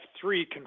three